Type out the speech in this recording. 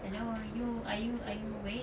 hello are you are you are you awake